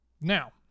now